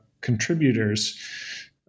contributors